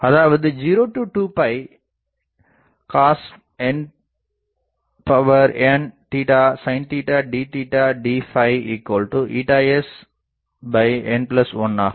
அதாவது 02 cosn sin d d sn1 ஆகும்